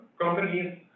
companies